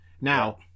now